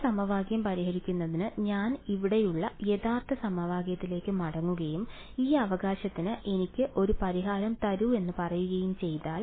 ഈ സമവാക്യം പരിഹരിക്കുന്നതിന് ഞാൻ ഇവിടെയുള്ള യഥാർത്ഥ സമവാക്യത്തിലേക്ക് മടങ്ങുകയും ഈ അവകാശത്തിന് എനിക്ക് ഒരു പരിഹാരം തരൂ എന്ന് പറയുകയും ചെയ്താൽ